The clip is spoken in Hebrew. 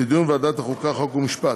לדיון בוועדת החוקה, חוק ומשפט.